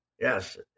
Yes